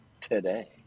today